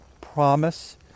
promise